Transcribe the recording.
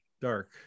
Dark